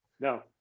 no